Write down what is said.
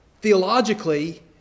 Theologically